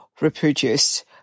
reproduce